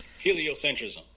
heliocentrism